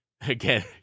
Again